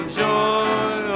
joy